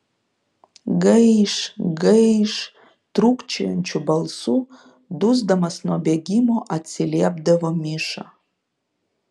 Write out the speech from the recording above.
gaiš gaiš trūkčiojančiu balsu dusdamas nuo bėgimo atsiliepdavo miša